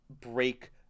break